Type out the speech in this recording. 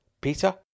Peter